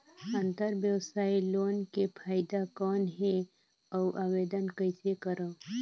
अंतरव्यवसायी लोन के फाइदा कौन हे? अउ आवेदन कइसे करव?